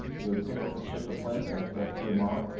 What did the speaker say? you would pick up a chip of flint that that came off.